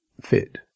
fit